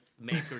makers